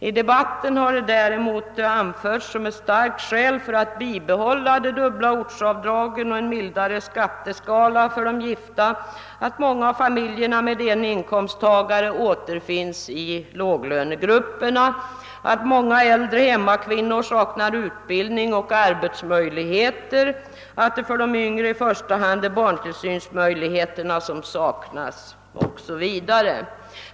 I debatten har däremot anförts som ett starkt skäl för bibehållande av de dubbla ortsavdragen och en mildare skatteskala för de gifta att många familjer med en inkomsttagare återfinns i låglönegrupperna, att många äldre hemmakvinnor saknar utbildning och arbetsmöjligheter, att det för de yngre i första hand är barntillsynsmöjligheter som saknas 0. s. v.